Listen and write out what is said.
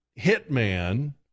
hitman